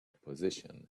position